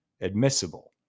admissible